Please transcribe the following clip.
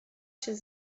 się